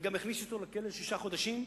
וגם יכניסו אותו לכלא לשישה חודשים.